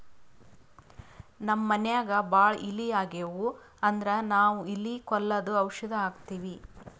ನಮ್ಮ್ ಮನ್ಯಾಗ್ ಭಾಳ್ ಇಲಿ ಆಗಿವು ಅಂದ್ರ ನಾವ್ ಇಲಿ ಕೊಲ್ಲದು ಔಷಧ್ ಹಾಕ್ತಿವಿ